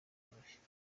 bworoshye